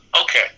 okay